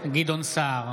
גדעון סער,